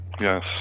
Yes